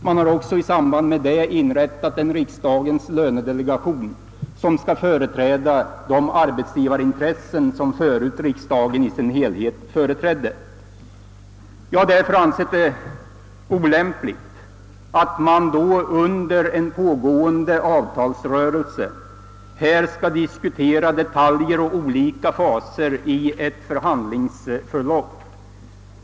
Man har också i samband därmed inrättat en riksdagens lönedelegation, som skall företräda de arbetsgivarintressen som förut riksdagen i sin helhet företrädde. Jag har därför ansett det olämpligt att vi under en pågående avtalsrörelse här skulle diskutera detaljer och olika faser i ett förhandlingsförlopp.